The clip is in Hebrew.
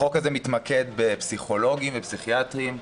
החוק הזה מתמקד בפסיכולוגים ובפסיכיאטרים.